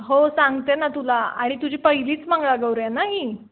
हो सांगते ना तुला आणि तुझी पहिलीच मंगळागौर आहे ना ही